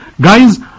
guys